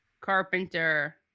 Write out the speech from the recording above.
carpenter